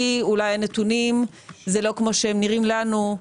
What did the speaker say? כי אולי הנתונים הם לא כמו שהם נראים לנו,